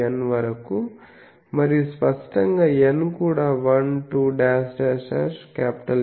N వరకు మరియు స్పష్టంగా n కూడా 12